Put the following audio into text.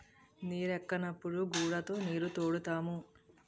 నీరెక్కనప్పుడు గూడతో నీరుతోడుతాము